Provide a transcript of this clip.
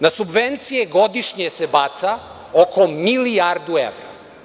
Na subvencije godišnje se baca oko milijardu evra.